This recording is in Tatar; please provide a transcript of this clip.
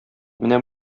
менә